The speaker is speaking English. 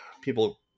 people